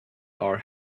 our